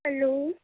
hello